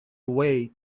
away